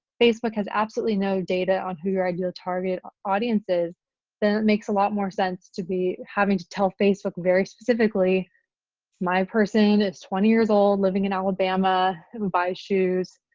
facebook has absolutely no data on who your ideal target audience is, then it makes a lot more sense to be having to tell facebook very specifically my person is twenty years old, living in alabama who buys shoes.